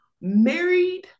Married